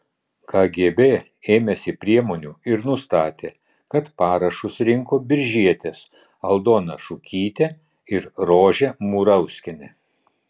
kgb ėmėsi priemonių ir nustatė kad parašus rinko biržietės aldona šukytė ir rožė murauskienė